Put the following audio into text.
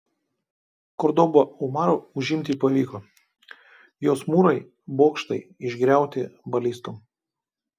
kordobą umaru užimti pavyko jos mūrai bokštai išgriauti balistom